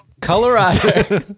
Colorado